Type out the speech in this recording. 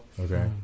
Okay